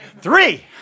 Three